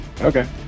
Okay